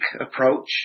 approach